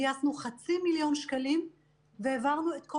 גייסנו חצי מיליון שקלים והעברנו את כל